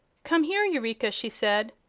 come here, eureka! she said.